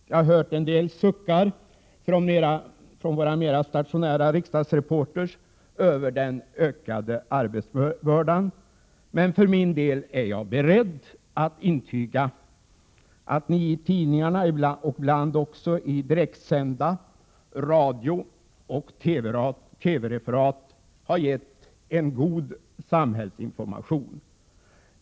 Jag har hört en del suckar från våra mera stationära riksdagsreportrar över den ökade arbetsbördan, men för min del är jag beredd att intyga att ni i tidningarna och ibland också i direktsända radiooch TV-referat gett god samhällsinformation.